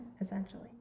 essentially